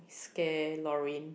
scare Lorraine